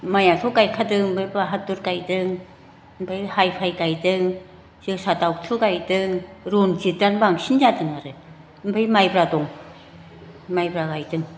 माइयाथ' गायखादों बे बाहादुर गायदों ओमफ्राय हायफाय गायदों जोसा दावख्लु गायदों रनजितानो बांसिन जादों आरो ओमफ्राय मायब्रा दं मायब्रा गायदों